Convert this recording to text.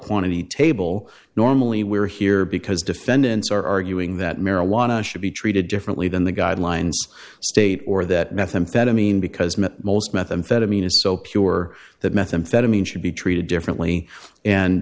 quantity table normally we're here because defendants are arguing that marijuana should be treated differently than the guidelines state or that methamphetamine because meth most methamphetamine is so pure that methamphetamine should be treated differently and